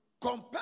compare